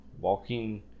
Walking